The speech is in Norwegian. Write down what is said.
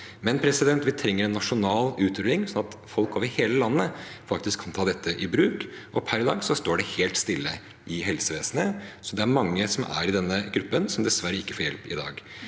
Men vi trenger en nasjonal utrulling, sånn at folk over hele landet kan ta dette i bruk, og per i dag står det helt stille i helsevesenet. Det er mange som er i denne gruppen, som dessverre ikke får hjelp i dag.